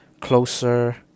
closer